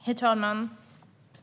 Herr talman!